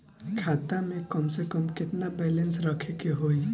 खाता में कम से कम केतना बैलेंस रखे के होईं?